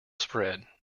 spread